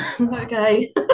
okay